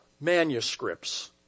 manuscripts